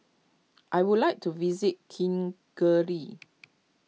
I would like to visit Kigali